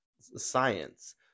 science